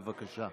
בבקשה.